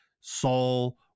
Saul